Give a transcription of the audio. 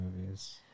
movies